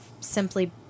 simply